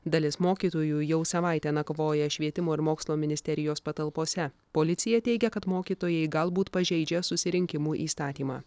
dalis mokytojų jau savaitę nakvoja švietimo ir mokslo ministerijos patalpose policija teigia kad mokytojai galbūt pažeidžia susirinkimų įstatymą